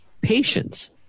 patience